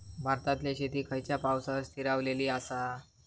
भारतातले शेती खयच्या पावसावर स्थिरावलेली आसा?